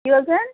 কী বলছেন